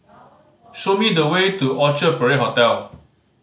show me the way to Orchard Parade Hotel